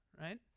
right